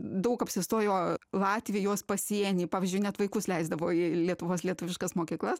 daug apsistojo latvijos pasieny pavyzdžiui net vaikus leisdavo į lietuvos lietuviškas mokyklas